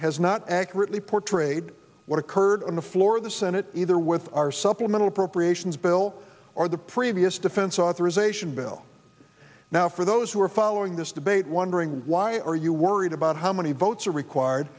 has not accurately portrayed what occurred on the floor of the senate either with our supplemental appropriations bill or the previous defense authorization bill now for those who are following this debate wondering why are you worried about how many votes are required